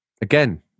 Again